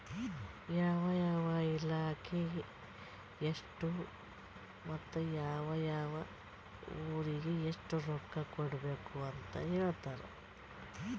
ಯಾವ ಯಾವ ಇಲಾಖೆಗ ಎಷ್ಟ ಮತ್ತ ಯಾವ್ ಯಾವ್ ಊರಿಗ್ ಎಷ್ಟ ರೊಕ್ಕಾ ಕೊಡ್ಬೇಕ್ ಅಂತ್ ಹೇಳ್ತಾರ್